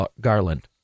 Garland